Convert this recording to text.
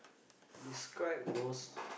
describe the most